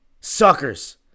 Suckers